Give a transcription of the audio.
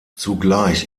zugleich